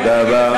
תודה רבה.